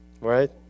right